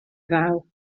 ddaw